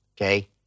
okay